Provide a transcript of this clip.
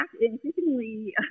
increasingly